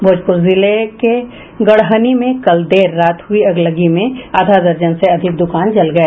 भोजपुर जिले के गड़हनी में कल देर रात हुई अगलगी में आधा दर्जन से अधिक दुकान जल गए